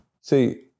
See